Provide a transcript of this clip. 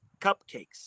Cupcakes